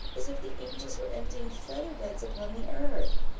as if the angels were emptying feather-beds upon the earth.